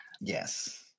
Yes